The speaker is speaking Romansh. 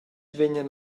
vegnan